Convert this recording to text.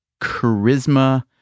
charisma